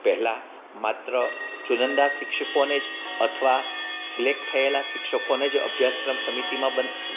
પહેલાં માત્ર ચુનંદા શિક્ષકોને જ અથવા સિલેક્ટ થયેલા શિક્ષકોને જ અભ્યાસક્રમ સમિતિમાં બન